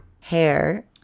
hair